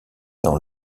dans